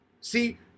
See